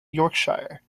yorkshire